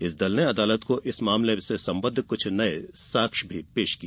इस दल ने अदालत को इस मामले से सम्बद्ध कुछ नये साक्ष्य पेश किए